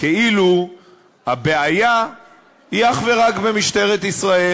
כאילו הבעיה היא אך ורק במשטרת ישראל: